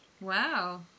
Wow